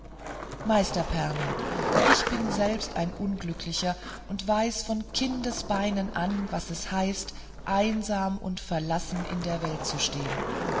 meister pernath ich bin selbst ein unglücklicher und weiß von kindesbeinen an was es heißt einsam und verlassen in der welt zu stehen